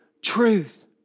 truth